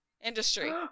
Industry